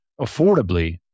affordably